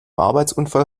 arbeitsunfall